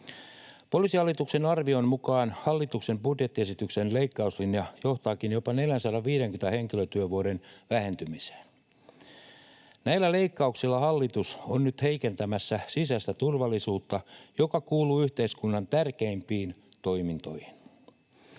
Poliisihallituksen arvion mukaan hallituksen budjettiesityksen leikkauslinja johtaakin jopa 450 henkilötyövuoden vähentymiseen. Näillä leikkauksilla hallitus on nyt heikentämässä sisäistä turvallisuutta, joka kuuluu yhteiskunnan tärkeimpiin toimintoihin.